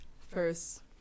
First